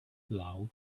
loud